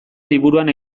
liburuan